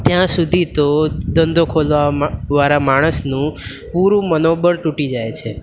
ત્યાં સુધી તો ધંધો ખોલવામાં વાળા માણસનું પૂરું મનોબળ તૂટી જાય છે